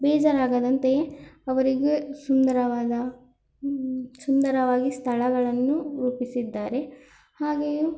ಬೇಜಾರಾಗದಂತೆ ಅವರಿಗೆ ಸುಂದರವಾದ ಸುಂದರವಾಗಿ ಸ್ಥಳಗಳನ್ನು ರೂಪಿಸಿದ್ದಾರೆ ಹಾಗೆಯೇ